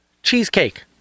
Cheesecake